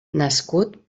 nascut